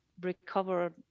recover